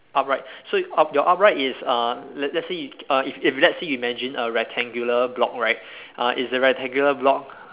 upright so up your upright is uh let's let's say you uh if if let's say you imagine a rectangular block right uh is the rectangular block